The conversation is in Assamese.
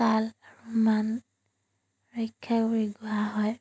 তাল আৰু মান ৰক্ষা কৰি গোৱা হয়